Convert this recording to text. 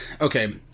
okay